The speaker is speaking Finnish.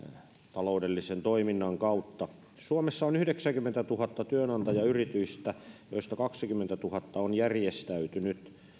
taloudellisen toiminnan kautta suomessa on yhdeksänkymmentätuhatta työnantajayritystä joista kaksikymmentätuhatta on järjestäytynyt